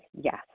yes